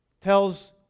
tells